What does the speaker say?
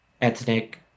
ethnic